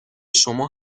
شما